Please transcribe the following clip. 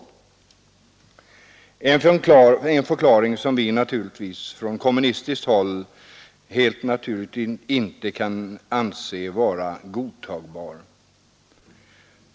Det är en förklaring som vi från kom munistiskt håll helt naturligt inte kan anse vara godtagbar.